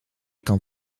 kan